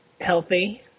healthy